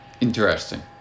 interesting